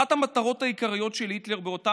אחת המטרות העיקריות של היטלר באותה